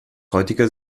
heutiger